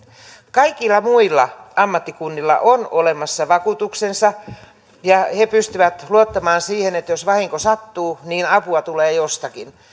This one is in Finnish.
kaikilla muilla ammattikunnilla on olemassa vakuutuksensa ja he pystyvät luottamaan siihen että jos vahinko sattuu niin apua tulee jostakin